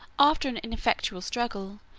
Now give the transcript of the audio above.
after an ineffectual struggle,